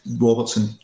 Robertson